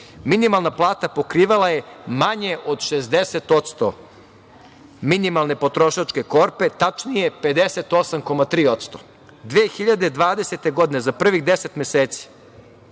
minimalna plata pokrivala je manje od 60% minimalne potrošačke korpe, tačnije 58,3%. Godine 2020. godine za prvih deset meseci